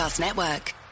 Network